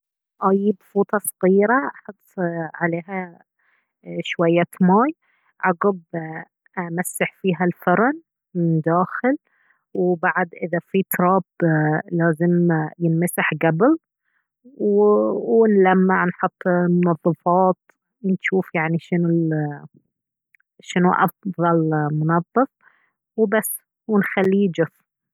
ايب فوطة صغيرة احط عليها ايه شوية ماء عقب امسح فيها الفرن من داخل وبعد إذا في تراب لازم ينمسح قبل ونلمع نحط منظفات نشوف يعني شنو شنو افضل منظف وبس ونخليه يجف